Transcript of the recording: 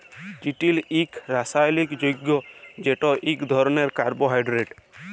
চিটিল ইকট রাসায়লিক যগ্য যেট ইক ধরলের কার্বোহাইড্রেট